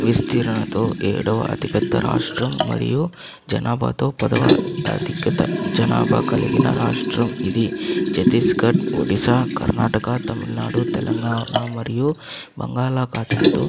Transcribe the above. విస్తీర్ణతో ఏడో అతిపెద్ద రాష్ట్రం మరియు జనాభాతో పదవ ఆధిక్యత జనాభా కలిగిన రాష్ట్రం ఇది ఛత్తీస్గడ్ ఒడిశా కర్ణాటక తమిళనాడు తెలంగాణ మరియు బంగాళాఖాతంతో